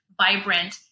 vibrant